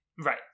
right